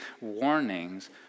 warnings